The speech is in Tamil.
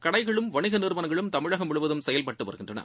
கடைகளும் வணிக நிறுவனங்களும் தமிழகம் முழுவதும் செயல்பட்டு வருகின்றன